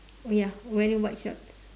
ya wearing white shorts